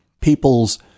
people's